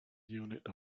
unit